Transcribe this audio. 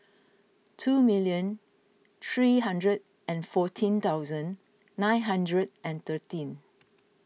two million three hundred and fourteen thousand nine hundred and thirteen